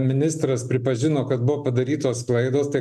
ministras pripažino kad buvo padarytos klaidos tai